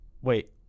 Wait